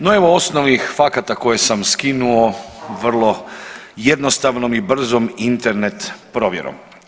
No evo osnovnih fakata koje sam skinuo vrlo jednostavnom i brzom Internet provjerom.